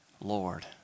Lord